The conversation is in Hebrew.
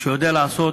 שיודע לעשות,